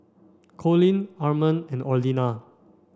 Colin Armand and Orlena